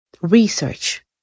Research